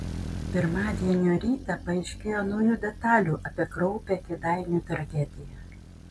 pirmadienio rytą paaiškėjo naujų detalių apie kraupią kėdainių tragediją